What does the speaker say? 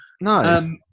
No